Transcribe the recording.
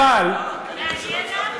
מעניין למה.